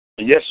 yes